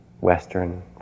Western